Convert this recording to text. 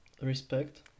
respect